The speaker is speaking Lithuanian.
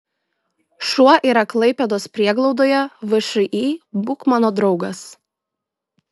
šuo yra klaipėdos prieglaudoje všį būk mano draugas